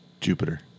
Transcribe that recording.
Jupiter